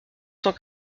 cent